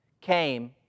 came